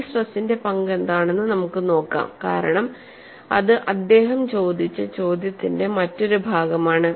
ഈ സ്ട്രെസ്സിന്റെ പങ്ക് എന്താണെന്ന് നമുക്ക് നോക്കാം കാരണം അത് അദ്ദേഹം ചോദിച്ച ചോദ്യത്തിന്റെ മറ്റൊരു ഭാഗമാണ്